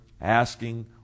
asking